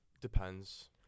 Depends